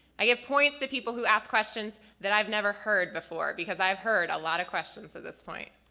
i give points to people who ask questions that i've never heard before! because i've heard a lot of questions at this point.